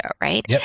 right